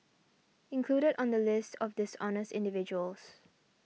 included on the list of dishonest individuals